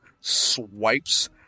swipes